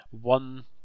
one